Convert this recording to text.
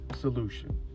solution